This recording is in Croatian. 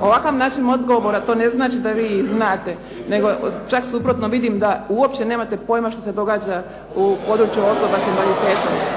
ovakav način odgovora to ne znači da vi znate nego čak suprotno, vidim da uopće nemate pojma što se događa u području osoba s invaliditetom.